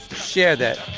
share that